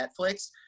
Netflix